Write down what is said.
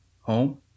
home